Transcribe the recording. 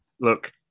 look